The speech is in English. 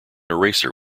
eraser